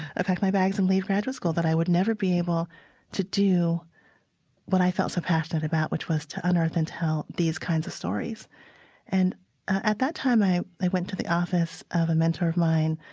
ah pack my bags and leave graduate school, that i would never be able to do what i felt so passionate about which was to unearth and tell these kinds of stories and at that time, i went to the office of a mentor of mine,